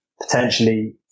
potentially